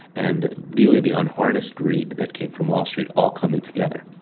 and really the unharnessed greed that came from wall street all coming together.